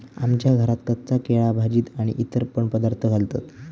आमच्या घरात कच्चा केळा भाजीत आणि इतर पण पदार्थांत घालतत